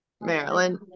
Maryland